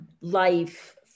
life